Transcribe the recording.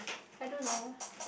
I don't know